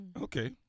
Okay